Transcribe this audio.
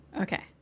Okay